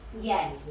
Yes